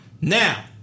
now